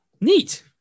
neat